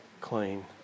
clean